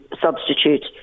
substitute